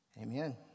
Amen